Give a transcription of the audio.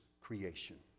creation